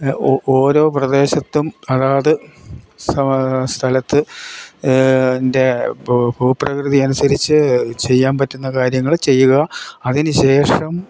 ഓരോ പ്രദേശത്തും അതാത് സ്ഥലത്ത് ൻ്റെ ഭൂപ്രകൃതി അനുസരിച്ച് ചെയ്യാൻ പറ്റുന്ന കാര്യങ്ങൾ ചെയ്യുക അതിന് ശേഷം